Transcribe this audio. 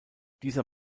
dieser